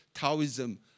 Taoism